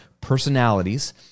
personalities